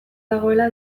dagoela